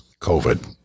COVID